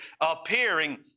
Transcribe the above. appearing